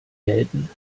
gelten